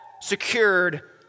secured